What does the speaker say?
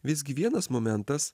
visgi vienas momentas